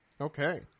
Okay